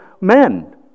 men